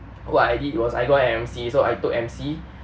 what I did was I got an M_C so I took M_C